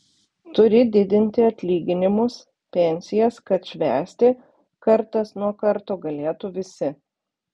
turi didinti atlyginimus pensijas kad švęsti kartas nuo karto galėtų visi